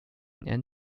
and